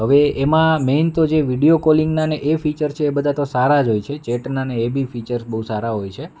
હવે એમાં મેઇન તો જે વીડિયો કોલિંગનાં ને એ ફિચર છે એ બધા તો સારાં જ હોય છે ચેટના ને એ બી ફીચર બહુ સારાં હોય છે